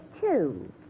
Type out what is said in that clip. two